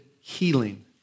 healing